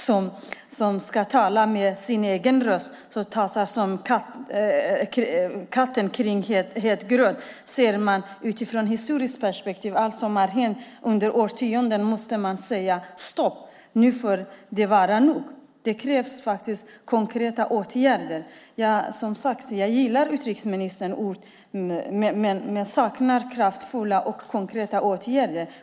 EU ska ju tala med egen röst men tassar här som katten kring het gröt. Ser man i ett historiskt perspektiv på vad som hänt under årtiondena måste man säga: Stopp, nu får det vara nog! Det krävs konkreta åtgärder. Jag gillar som sagt utrikesministerns ord, men jag saknar kraftfulla och konkreta åtgärder.